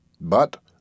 But